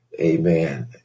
Amen